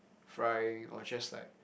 frying or just like